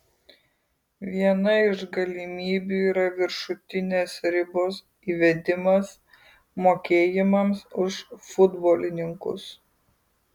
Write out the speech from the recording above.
viena iš galimybių yra viršutinės ribos įvedimas mokėjimams už futbolininkus